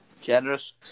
Generous